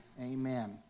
Amen